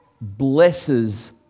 blesses